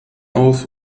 auf